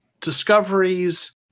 discoveries